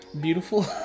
beautiful